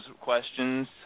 questions